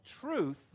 truth